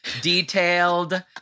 detailed